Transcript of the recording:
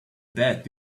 bed